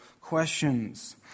questions